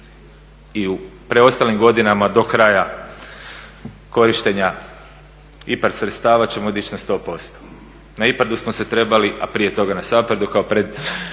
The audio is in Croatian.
i u preostalim godinama do kraja korištenja IPARD sredstava ćemo dići na 100%. Na IPARD-u smo se trebali, a prije toga na SAPARD-u kao